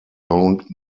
don’t